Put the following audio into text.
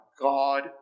God